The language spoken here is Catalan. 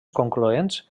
concloents